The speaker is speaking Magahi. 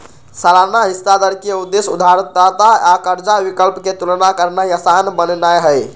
सालाना हिस्सा दर के उद्देश्य उधारदाता आ कर्जा विकल्प के तुलना करनाइ असान बनेनाइ हइ